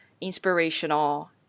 inspirational